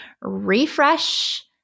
refresh